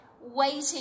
waiting